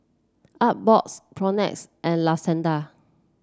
Artbox Propnex and La Senza